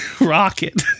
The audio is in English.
rocket